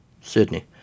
Sydney